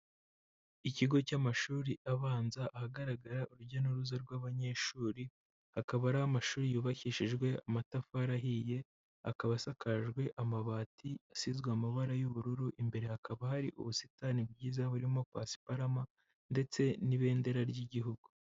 Ikigo cy'amashuri abanza ahagaragara urujya n'uruza rw'abanyeshuri, akaba ari amashuri yubakishijwe amatafari ahiye, akaba asakajwe amabati asizwe amabara y'ubururu, imbere hakaba hari ubusitani bwiza burimo pasiparama ndetse n'ibendera ry'igihugu.